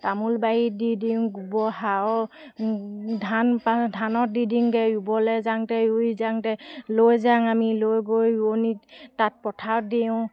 তামোল বাৰীত দি দিওঁ গোবৰ সাৰ ধান ধানত দি দিওঁগৈ ৰুবলৈ যাওঁতে ৰুই যাওঁতে লৈ যাওঁ আমি লৈ গৈ ৰোৱনীক তাত পথাৰত দিওঁ